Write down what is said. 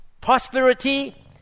prosperity